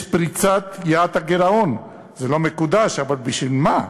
יש פריצת יעד הגירעון, זה לא מקודש, אבל בשביל מה?